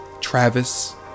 Travis